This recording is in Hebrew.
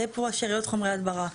זה פה שאריות חומרי הדברה.